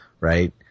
Right